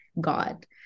God